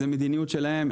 זו מדיניות שלהם,